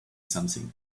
something